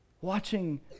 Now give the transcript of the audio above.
Watching